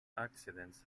accidents